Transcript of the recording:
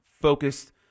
focused